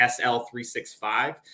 SL365